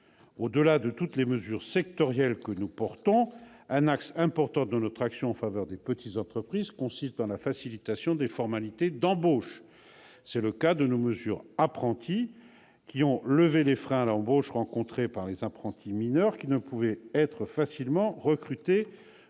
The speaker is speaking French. lieu, outre les mesures sectorielles que nous promouvons, un axe important de notre action en faveur des petites entreprises consiste en la facilitation des formalités d'embauche. Ainsi, nous avons pris des mesures « apprentis » permettant de lever les freins à l'embauche rencontrés par les apprentis mineurs, qui ne pouvaient être facilement recrutés